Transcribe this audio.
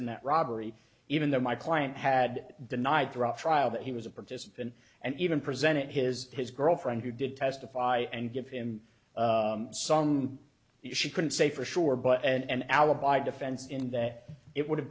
in that robbery even though my client had denied drug trial that he was a participant and even presented his his girlfriend who did testify and give him some she couldn't say for sure but and an alibi defense in that it would have